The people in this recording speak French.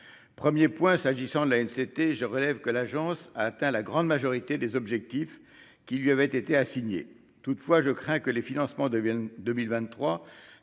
1er point, s'agissant de la société, je relève que l'agence atteint la grande majorité des objectifs qui lui avaient été assignés toutefois, je crains que les financements deviennent